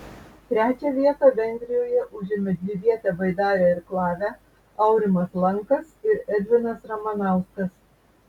trečią vietą vengrijoje užėmė dvivietę baidarę irklavę aurimas lankas ir edvinas ramanauskas